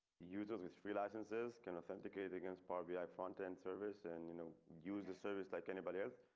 users with free licenses can authenticate against power be. i fontaine service and you know use the service like anybody else.